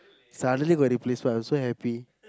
suddenly got replacement I was so happy